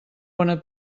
bona